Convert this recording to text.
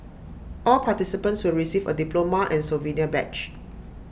all participants will receive A diploma and souvenir badge